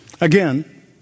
Again